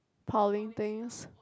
piling things